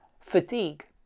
fatigue